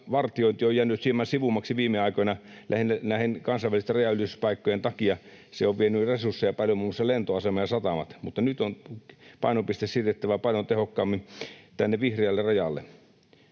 vartiointi on jäänyt hieman sivummaksi viime aikoina lähinnä näiden kansainvälisten rajan-ylityspaikkojen takia — se on vienyt resursseja paljon, muun muassa lentoasemat ja satamat — mutta nyt painopiste on siirrettävä paljon tehokkaammin vihreälle rajalle.